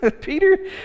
Peter